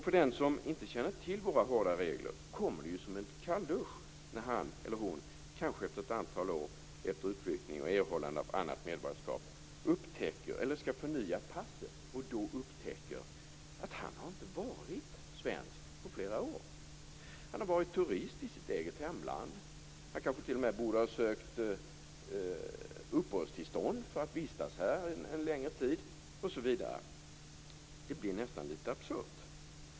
För den som inte känner till våra hårda regler kommer det som en kall dusch när han eller hon kanske efter ett antal år, efter utflyttning och erhållande av annat medborgarskap, skall förnya passet och då upptäcker att han eller hon inte varit svensk på flera år utan varit turist i sitt eget hemland. Han eller hon kanske t.o.m. borde ha sökt uppehållstillstånd för att vistas här en längre tid osv. Det blir nästan absurt.